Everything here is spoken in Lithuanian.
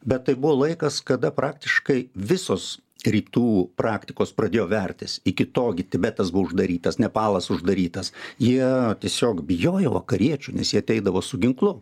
bet tai buvo laikas kada praktiškai visos rytų praktikos pradėjo vertis iki tol gi tibetas buvo uždarytas nepalas uždarytas jie tiesiog bijojo vakariečių nes jie ateidavo su ginklu